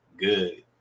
good